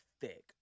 thick